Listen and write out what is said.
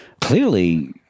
clearly